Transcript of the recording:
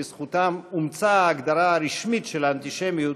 שבזכותם אומצה ההגדרה הרשמית של אנטישמיות